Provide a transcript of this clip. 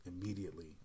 immediately